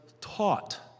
taught